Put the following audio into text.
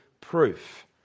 proof